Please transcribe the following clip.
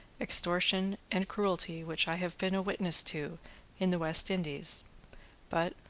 extortion, and cruelty, which i have been a witness to in the west indies but,